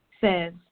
says